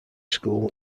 school